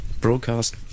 Broadcast